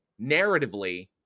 narratively